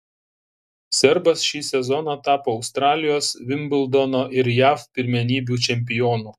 serbas šį sezoną tapo australijos vimbldono ir jav pirmenybių čempionu